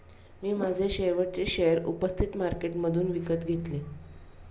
मी माझे शेवटचे शेअर उपस्थित मार्केटमधून विकत घेतले